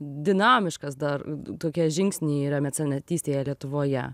dinamiškas dar tokie žingsniai yra mecenatystėje lietuvoje